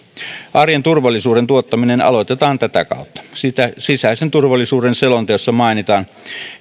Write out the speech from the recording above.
arjen turvallisuuden tuottaminen aloitetaan tätä kautta sisäisen turvallisuuden selonteossa mainitaan